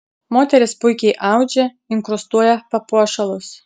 moterys puikiai audžia inkrustuoja papuošalus